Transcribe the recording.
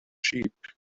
sheep